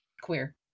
queer